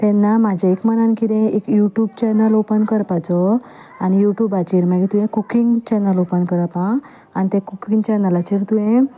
तेन्ना म्हज्या एक मनान कितें एक यू ट्यूब चॅनल ओपन करपाचो आनी यू ट्युबाचेर मागीर तुवें कुकींग चॅनल ओपन करप हां आनी तें कुकींग चॅनलाचेर तुवेंन सगलें